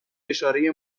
اشاره